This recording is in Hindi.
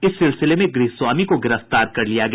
इस सिलसिले में गृहस्वामी को गिरफ्तार कर लिया गया